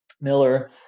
Miller